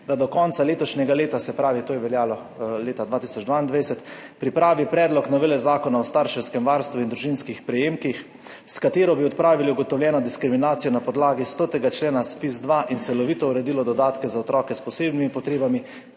da do konca letošnjega leta …«, se pravi, to je veljalo leta 2022, »… pripravi Predlog novele Zakona o starševskem varstvu in družinskih prejemkih, s katero bi odpravili ugotovljeno diskriminacijo na podlagi 100. člena ZPIZ-2 in celovito uredilo dodatke za otroke s posebnimi potrebami,